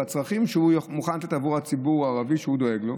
בצרכים שהוא מוכן לתת עבור הציבור הערבי שהוא דואג לו.